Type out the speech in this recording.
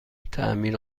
تعمیر